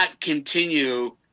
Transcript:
continue